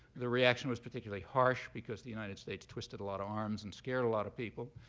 the reaction was particularly harsh because the united states twisted a lot of arms and scared a lot of people.